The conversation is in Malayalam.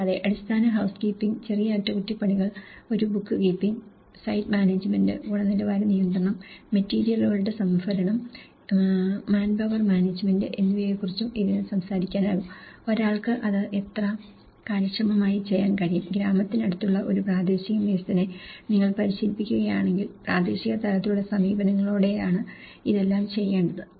കൂടാതെ അടിസ്ഥാന ഹൌസ് കീപ്പിംഗ് ചെറിയ അറ്റകുറ്റപ്പണികൾ ഒരു ബുക്ക് കീപ്പിംഗ് സൈറ്റ് മാനേജ്മെന്റ് ഗുണനിലവാര നിയന്ത്രണം മെറ്റീരിയലുകളുടെ സംഭരണം മാൻപവർ മാനേജ്മെന്റ് എന്നിവയെക്കുറിച്ചും ഇതിന് സംസാരിക്കാനാകും ഒരാൾക്ക് അത് എത്ര കാര്യക്ഷമമായി ചെയ്യാൻ കഴിയും ഗ്രാമത്തിനടുത്തുള്ള ഒരു പ്രാദേശിക മേസനെ നിങ്ങൾ പരിശീലിപ്പിക്കുകയാണെങ്കിൽ പ്രാദേശിക തലത്തിലുള്ള സമീപനങ്ങളോടെയാണ് ഇതെല്ലാം ചെയ്യേണ്ടത്